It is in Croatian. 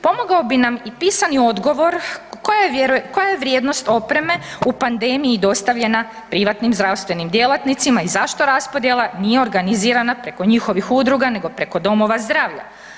Pomogao bi nam i pisani odgovor koja je vrijednost opreme u pandemiji dostavljena privatnim zdravstvenim djelatnicima i zašto raspodjela nije organizirana preko njihovih udruga nego preko domova zdravlja?